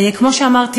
כמו שאמרתי,